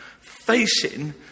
facing